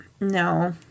No